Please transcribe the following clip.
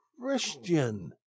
Christian